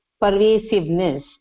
pervasiveness